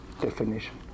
definition